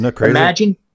imagine